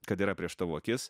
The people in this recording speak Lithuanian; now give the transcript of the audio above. kad yra prieš tavo akis